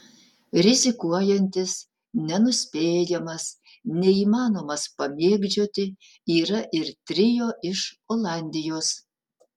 rizikuojantis nenuspėjamas neįmanomas pamėgdžioti yra ir trio iš olandijos